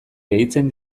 gehitzen